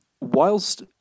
whilst